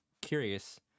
curious